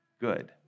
good